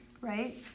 Right